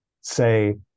say